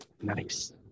Nice